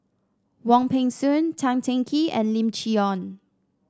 Wong Peng Soon Tan Teng Kee and Lim Chee Onn